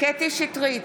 קטי קטרין שטרית,